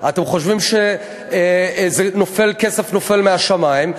אתם חושבים שכסף נופל מהשמים.